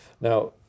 Now